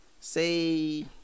say